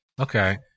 Okay